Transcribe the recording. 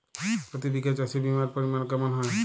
প্রতি বিঘা চাষে বিমার পরিমান কেমন হয়?